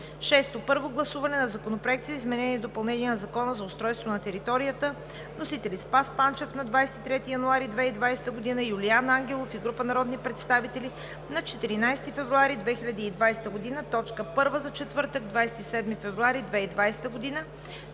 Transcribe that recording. г. 6. Първо гласуване на законопроекти за изменение и допълнение на Закона за устройство на територията. Вносители са: Спас Панчев на 23 януари 2020 г.; Юлиан Ангелов и група народни представители на 14 февруари 2020 г. – точка втора за четвъртък, 27 февруари 2020 г.